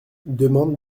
demande